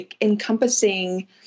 encompassing